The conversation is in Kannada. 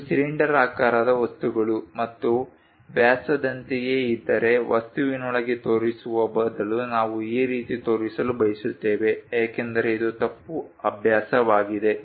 ಇದು ಸಿಲಿಂಡರಾಕಾರದ ವಸ್ತುಗಳು ಮತ್ತು ವ್ಯಾಸದಂತೆಯೇ ಇದ್ದರೆ ವಸ್ತುವಿನೊಳಗೆ ತೋರಿಸುವ ಬದಲು ನಾವು ಈ ರೀತಿ ತೋರಿಸಲು ಬಯಸುತ್ತೇವೆ ಏಕೆಂದರೆ ಇದು ತಪ್ಪು ಅಭ್ಯಾಸವಾಗಿದೆ